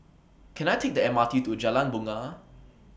Can I Take The M R T to Jalan Bungar